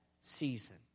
season